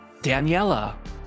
Daniela